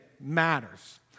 matters